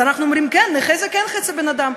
אז אנחנו אומרים: נכה זה כן חצי בן-אדם.